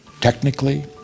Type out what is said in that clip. technically